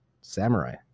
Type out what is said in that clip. Samurai